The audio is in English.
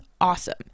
awesome